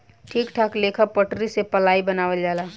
ठीक ठाक लेखा पटरी से पलाइ बनावल जाला